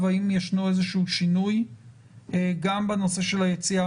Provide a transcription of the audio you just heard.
האם ישנו איזשהו שינוי גם בנושא של היציאה